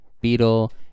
beetle